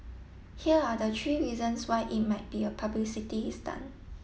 here are the three reasons why it might be a publicity stunt